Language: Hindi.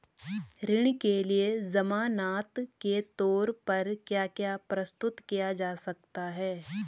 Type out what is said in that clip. ऋण के लिए ज़मानात के तोर पर क्या क्या प्रस्तुत किया जा सकता है?